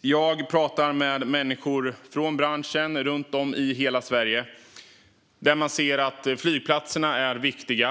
Jag pratar med människor från branschen runt om i hela Sverige, och man ser att flygplatserna är viktiga.